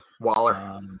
Waller